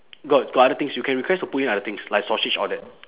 got got other things you can request to put in other things like sausage all that